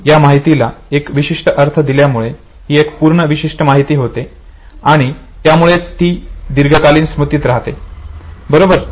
या माहितीला एक विशिष्ट अर्थ दिल्यामुळे ही एक पूर्ण विशिष्ट माहिती होते आणि त्यामुळेच ती दीर्घकालीन स्मृतीत राहते बरोबर